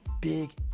big